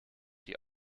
die